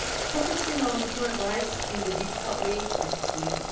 focusing on human rights in the digital age is key.